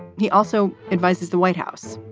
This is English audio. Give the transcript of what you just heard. he also advises the white house.